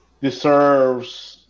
deserves